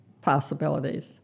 possibilities